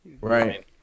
Right